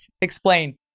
Explain